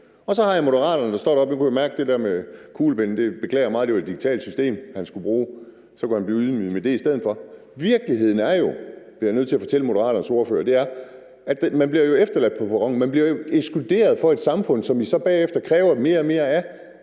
Så har vi Moderaterne, der står deroppe, og i forhold til det der med kuglepennen beklager jeg meget; det var et digitalt system, han skulle bruge, og så kunne han blive ydmyget med det i stedet for. Virkeligheden er jo, bliver jeg nødt til at fortælle Moderaternes ordfører, at man bliver efterladt på perronen. Man bliver jo ekskluderet fra et samfund, som vi så bagefter kræver mere og mere af,